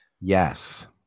Yes